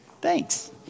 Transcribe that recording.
Thanks